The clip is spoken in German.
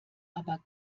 aber